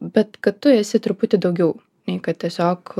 bet kad tu esi truputį daugiau nei kad tiesiog